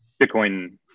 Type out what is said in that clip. Bitcoin